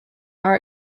are